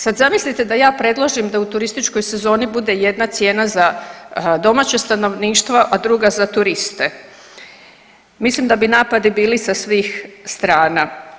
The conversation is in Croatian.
Sad zamislite da ja predložim da u turističkoj sezoni bude jedna cijena za domaće stanovništvo, a druga za turiste, mislim da bi napadi bili sa svih strana.